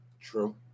true